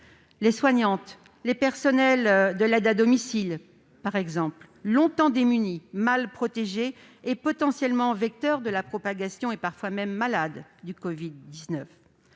les soignantes et les personnels de l'aide à domicile, par exemple, longtemps démunis, mal protégés, potentiellement vecteurs de propagation et parfois eux-mêmes malades du covid-19.